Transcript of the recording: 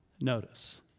notice